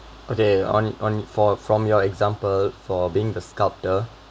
okay on on for from your example for being the sculptor